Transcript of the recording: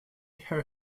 her